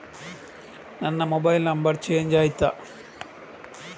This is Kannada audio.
ನನ್ನ ಮೊಬೈಲ್ ನಂಬರ್ ಚೇಂಜ್ ಆಯ್ತಾ?